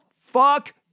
fuck